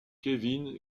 kevin